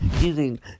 using